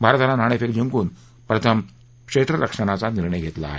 भारतानं नाणेफेक जिंकून प्रथम क्षेत्ररक्षणाचा निर्णय घेतला आहे